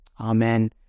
Amen